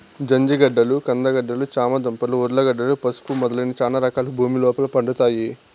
జంజిగడ్డలు, కంద గడ్డలు, చామ దుంపలు, ఉర్లగడ్డలు, పసుపు మొదలైన చానా రకాలు భూమి లోపల పండుతాయి